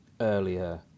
earlier